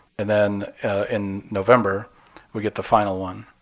and then in november we get the final one.